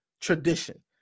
tradition